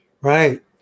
right